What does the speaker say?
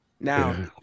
Now